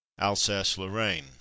Alsace-Lorraine